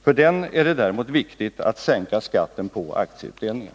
För den är det däremot viktigt att sänka skatten på aktieutdelningen.